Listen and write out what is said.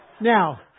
Now